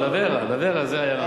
Lavera, Lavera, זו עיירה.